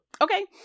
Okay